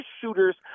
shooters